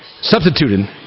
substituted